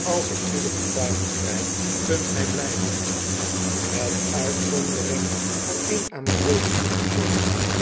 als ik goede getuigen krijg kunt gij blijven met uitzondering van een amoureuze onbezonnenheid